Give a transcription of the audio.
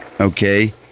Okay